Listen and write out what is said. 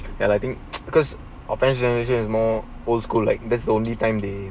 and I think because our parents generation is more old school like that's the only time they